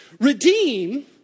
Redeem